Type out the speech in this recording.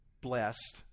blessed